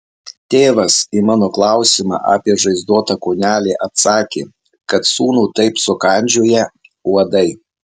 tėvas į mano klausimą apie žaizdotą kūnelį atsakė kad sūnų taip sukandžioję uodai